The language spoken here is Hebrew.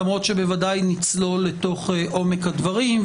למרות שבוודאי נצלול לתוך עומק הדברים,